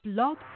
Blog